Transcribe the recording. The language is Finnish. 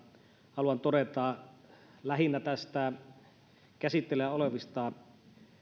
haluan todeta lähinnä näistä käsitteillä olevista